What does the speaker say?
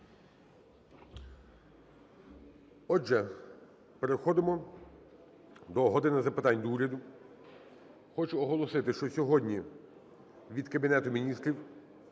Отже, переходимо до "години запитань до Уряду". Хочу оголосити, що сьогодні від Кабінету Міністрів